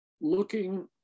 looking